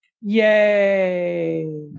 Yay